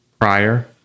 prior